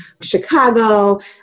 Chicago